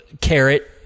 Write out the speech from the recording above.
carrot